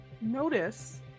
notice